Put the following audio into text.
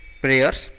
prayers